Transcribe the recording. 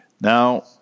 Now